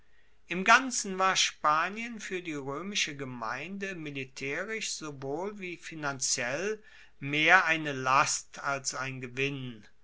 im ganzen war spanien fuer die roemische gemeinde militaerisch sowohl wie finanziell mehr eine last als ein gewinn